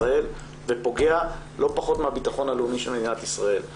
ישראל ופוגע לא פחות מהביטחון הלאומי של מדינת ישראל.